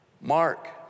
Mark